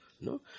No